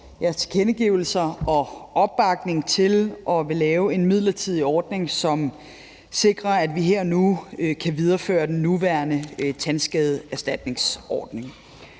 jeres tilkendegivelser og opbakning til at ville lave en midlertidig ordning, som sikrer, at vi her og nu kan videreføre den nuværende tandskadeerstatningsordning.